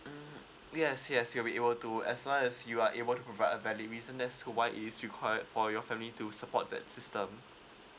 mm yes yes you'll be able to as long as you are able to provide a valid reason that's why it's required for your family to support that system